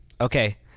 Okay